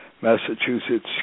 Massachusetts